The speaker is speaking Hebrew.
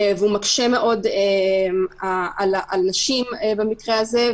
והוא מקשה מאוד על נשים במקרה הזה.